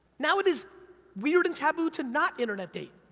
now it is weird and taboo to not internet date.